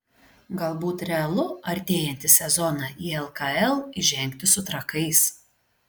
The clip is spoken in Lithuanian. galbūt realu artėjantį sezoną į lkl įžengti su trakais